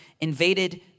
invaded